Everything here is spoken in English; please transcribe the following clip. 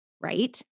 right